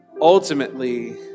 Ultimately